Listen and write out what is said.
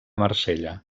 marsella